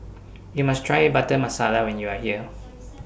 YOU must Try Butter Masala when YOU Are here